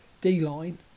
D-line